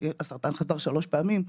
הסרטן שלי חזר שלוש פעמים,